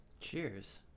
Cheers